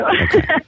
Okay